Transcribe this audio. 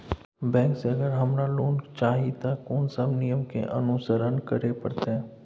Bank से अगर हमरा लोन चाही ते कोन सब नियम के अनुसरण करे परतै?